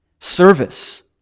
service